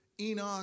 Enoch